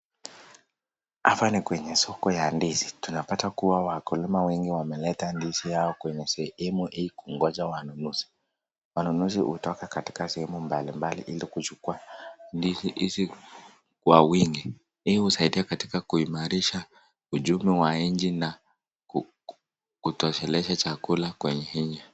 Hapa ni kwenye soko ya ndizi tunapata kuwa wakulima wengi wameleta ndizi yao kwenye sehemu ili kuongoja wanunuzi, wanunuzi hutoka katika sehemu mbalimbali ili kuchukua ndizi hizi kwa wingi, hii husaidia katika kuimarisha uchumi wa nchi na kutosheleza chakula kwenye nchi.